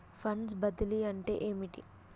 Funds బదిలీ అంటే ఏమిటి?